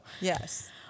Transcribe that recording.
yes